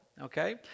okay